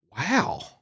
wow